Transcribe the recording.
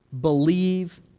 Believe